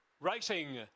Racing